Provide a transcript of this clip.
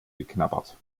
geknabbert